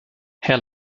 herr